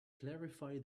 clarify